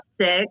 six